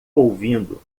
ouvindo